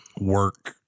work